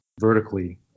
vertically